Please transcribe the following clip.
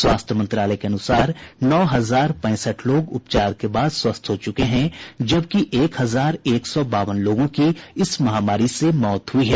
स्वास्थ्य मंत्रालय के अनुसार नौ हजार पैंसठ लोग उपचार के बाद स्वस्थ हो चुके हैं जबकि एक हजार एक सौ बावन लोगों की इस महामारी से मौत हुई है